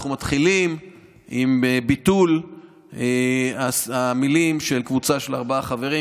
אנחנו מתחילים עם ביטול המילים "של קבוצה של ארבעה חברים",